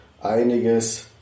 einiges